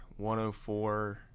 104